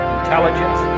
intelligence